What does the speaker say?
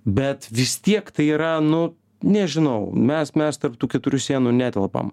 bet vis tiek tai yra nu nežinau mes mes tarp tų keturių sienų netelpam